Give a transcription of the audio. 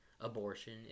abortion